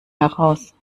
heraus